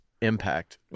impact